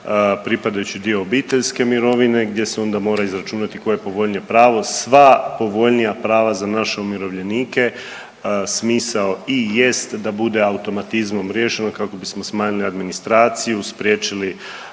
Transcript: pripadajući dio obiteljske mirovine gdje se onda mora izračunati koje je povoljnije pravo, sva povoljnija prava za naše umirovljenike. Smisao i jest da bude automatizmom riješeno kako bismo smanjili administraciju, spriječili